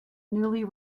newly